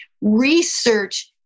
Research